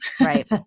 Right